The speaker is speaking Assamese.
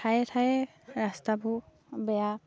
ঠায়ে ঠায়ে ৰাস্তাবোৰ বেয়া